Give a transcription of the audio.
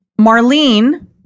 Marlene